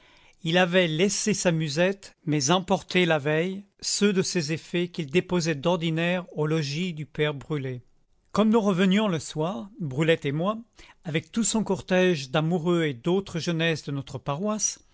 il avait laissé sa musette mais emporté la veille ceux de ses effets qu'il déposait d'ordinaire au logis du père brulet comme nous revenions le soir brulette et moi avec tout son cortége d'amoureux et d'autres jeunesses de notre paroisse